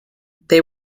they